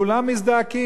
ואני רוצה לשאול עוד שאלה: